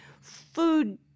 food